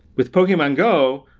with pokemon go,